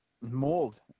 mold